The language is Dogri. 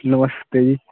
नमस्ते जी